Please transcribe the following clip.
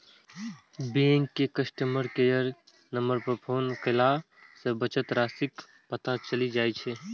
bank के customer care number पर phone कयला सं बचत राशिक पता चलि जाइ छै